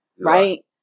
Right